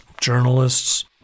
journalists